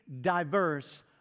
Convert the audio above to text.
diverse